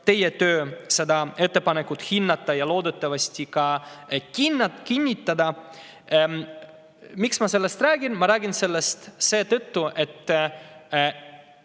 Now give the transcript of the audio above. teie töö seda ettepanekut hinnata, loodetavasti ka kinnitate selle. Miks ma sellest räägin? Ma räägin sellest seetõttu, et